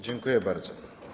Dziękuję bardzo.